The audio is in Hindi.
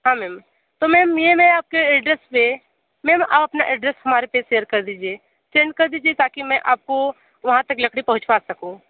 हाँ मैम तो मैम ये मैं आप के एड्रेस पर मैम आप अपना एड्रेस हमारे पर शेयर कर दीजिए सेंड कर दीजिए ताकि मैं आप को वहाँ तक लकड़ी पहुंँचा सकूँ